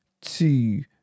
two